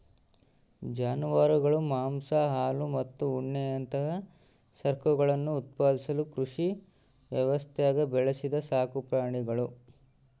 ಜಾನುವಾರುಗಳು ಮಾಂಸ ಹಾಲು ಮತ್ತು ಉಣ್ಣೆಯಂತಹ ಸರಕುಗಳನ್ನು ಉತ್ಪಾದಿಸಲು ಕೃಷಿ ವ್ಯವಸ್ಥ್ಯಾಗ ಬೆಳೆಸಿದ ಸಾಕುಪ್ರಾಣಿಗುಳು